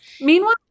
Meanwhile